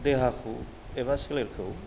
देहाखौ एबा सोलेरखौ